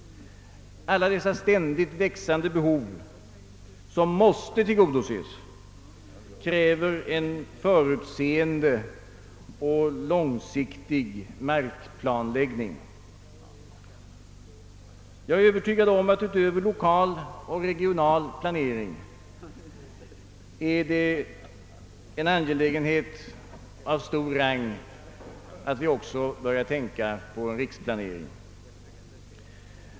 Alla dessa ständigt växande behov kräver en förutseende och långsiktig markplanläggning. Jag är övertygad om att det utöver lokal och regional planering är en angelägenhet av hög rang att vi också börjar tänka på en riksplanering.